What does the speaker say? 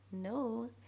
No